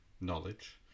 knowledge